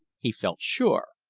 he felt sure.